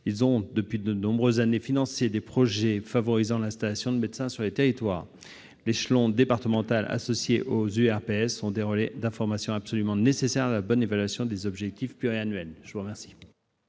ils ont, depuis de nombreuses années, financé des projets favorisant l'installation de médecins sur les territoires. L'échelon départemental, associé aux URPS, est un relais d'information absolument nécessaire à la bonne évaluation des objectifs pluriannuels. Quel